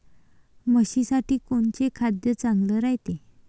म्हशीसाठी कोनचे खाद्य चांगलं रायते?